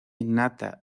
innata